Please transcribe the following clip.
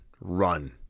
run